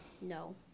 No